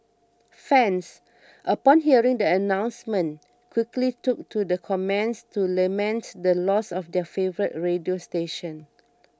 fans upon hearing the announcement quickly took to the comments to laments the loss of their favourite radio station